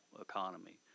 economy